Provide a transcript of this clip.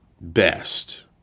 best